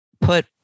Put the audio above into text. put